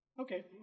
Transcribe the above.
Okay